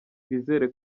twizere